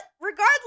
regardless